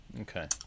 Okay